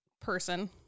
person